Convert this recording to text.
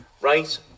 right